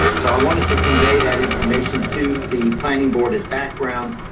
so i wanted to convey that information to the planning board as background.